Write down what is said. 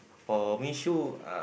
for me show